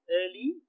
early